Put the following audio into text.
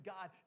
God